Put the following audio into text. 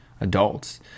adults